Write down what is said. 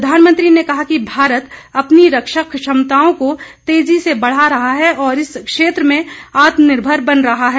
प्रधानमंत्री ने कहा कि भारत अपनी रक्षा क्षमताओं को तेजी से बढ़ा रहा है और इस क्षेत्र में आत्मनिर्भर बन रहा है